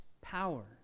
power